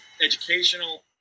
educational